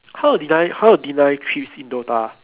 how did I how did I quit see dota